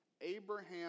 Abraham